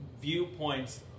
viewpoints